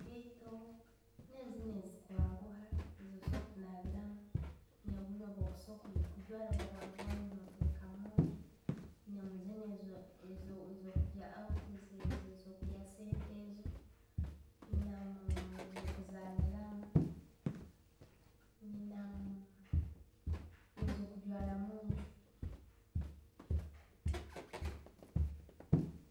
Nkeito, naziino ezukwanguha, ezo'kusobora kunabirramu, nubuuno bwokusobora kucgwara bwangu bwangu okaturuka omunju. Nazzino ezo- ezo kuggya outi, ezzo kulya sente ezzo, ninamu no'zokuzanniramu ninamu no'zokugwara omunju.